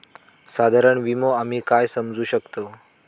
साधारण विमो आम्ही काय समजू शकतव?